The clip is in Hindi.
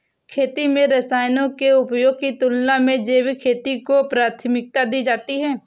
खेती में रसायनों के उपयोग की तुलना में जैविक खेती को प्राथमिकता दी जाती है